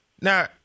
Now –